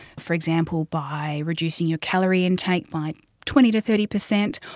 for example by reducing your calorie intake by twenty to thirty percent,